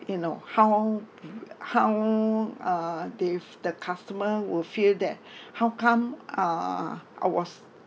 you know how how uh they f~ the customer will feel that how come uh I was